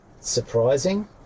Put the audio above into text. surprising